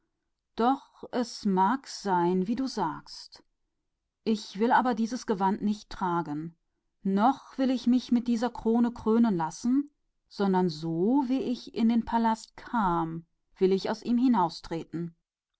aber es mag wohl sein wie du sagst und doch will ich dies gewand nicht tragen noch will ich mit dieser krone mich krönen lassen sondern wie ich kam zum palast so will ich